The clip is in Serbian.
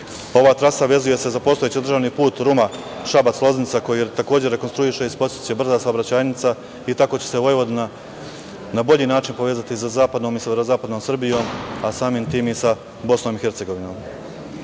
Ova trasa se vezuje za postojeći državni put Ruma-Šabac-Loznica koji se takođe rekonstruiše i postaće brza saobraćajnica i tako će se Vojvodina na bolji način povezati sa zapadnom i severozapadnom Srbijom, a samim tim i sa BiH.Kada je u pitanju